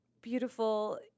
beautiful